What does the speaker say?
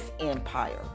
empire